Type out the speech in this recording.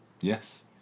Yes